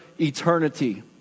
eternity